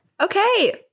Okay